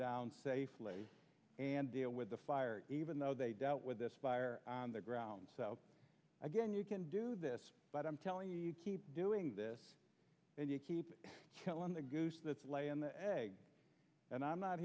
down safely and deal with the fire even though they dealt with this fire on the ground so again you can do this but i'm telling you you keep doing this and you keep killing the goose that's laying the egg and i'm not